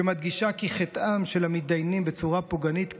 שמדגישה כי חטאם של המתדיינים בצורה פוגענית כפול,